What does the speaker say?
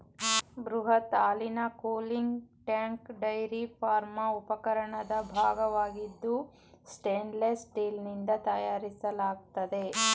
ಬೃಹತ್ ಹಾಲಿನ cooling tank dairy farm ಉಪಕರಣದ ಭಾಗವಾಗಿದ್ದು ಸ್ಟೇನ್ಲೆಸ್ ಸ್ಟೀಲ್ನಿಂದ ತಯಾರಿಸಲಾಗ್ತದೆ